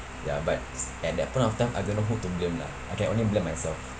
ya but at that point of time I don't know who to blame lah I can only blame myself